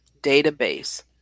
database